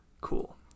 Cool